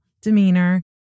demeanor